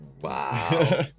wow